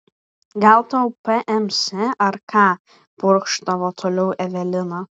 gal tau pms ar ką purkštavo toliau evelina